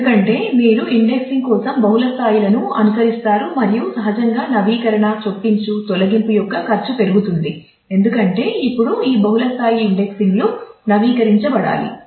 ఎందుకంటే మీరు ఇండెక్సింగ్ కోసం బహుళ స్థాయిలను అనుసరిస్తున్నారు మరియు సహజంగా నవీకరణ చొప్పించు తొలగింపు యొక్క ఖర్చు పెరుగుతుంది ఎందుకంటే ఇప్పుడు ఈ బహుళ స్థాయి ఇండెక్స్ లు నవీకరించబడాలి